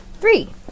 Three